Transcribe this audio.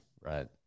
right